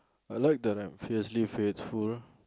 I like that I'm fiercely faithful